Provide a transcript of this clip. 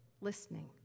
listening